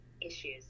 issues